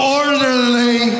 orderly